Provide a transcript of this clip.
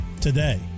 today